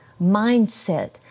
mindset